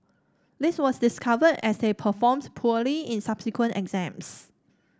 this was discovered as they performs poorly in subsequent exams